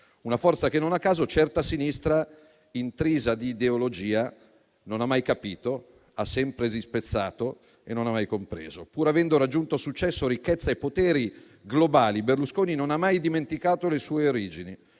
una forza che, non a caso, certa sinistra, intrisa di ideologia, non ha mai capito, ha sempre disprezzato e non ha mai compreso. Pur avendo raggiunto successo, ricchezza e poteri globali, Berlusconi non ha mai dimenticato le sue origini,